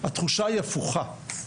התחושה היא הפוכה.